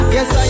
Yes